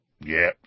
Yeah